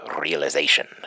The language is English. realization